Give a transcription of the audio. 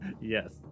Yes